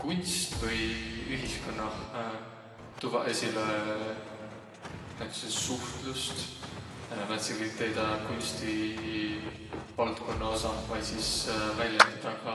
Kunst või ühiskunnah tuvvaq esile näütüses suhtlust määndsegi teedäq kunstivaldkunna osah vai sis välendüdüq ka